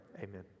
amen